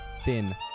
Thin